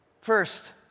First